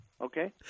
Okay